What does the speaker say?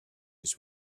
his